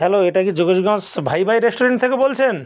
hello এটা কি যোগেশগঞ্জস ভাই ভাই রেস্টুরেন্ট থেকে বলছেন